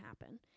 happen